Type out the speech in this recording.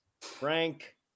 Frank